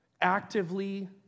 actively